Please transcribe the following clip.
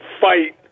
fight